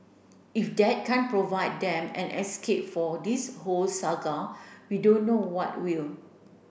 if that can't provide them an escape for this whole saga we don't know what will